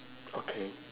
okay